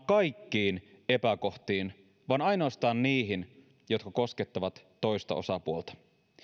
kaikkiin epäkohtiin vaan ainoastaan niihin jotka koskettavat toista osapuolta